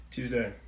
Tuesday